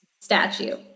statue